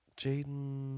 Jaden